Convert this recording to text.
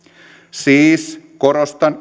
siis korostan